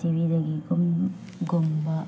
ꯇꯤꯚꯤꯗꯒꯤ ꯒꯨꯝꯕ